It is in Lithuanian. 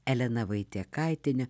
elena vaitiekaitienė